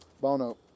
Bono